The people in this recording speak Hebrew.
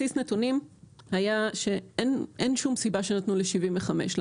ובסיס הנתונים היה שאין שום סיבה שקבעו את הגיל 75 שממנו הנסיעה חינם.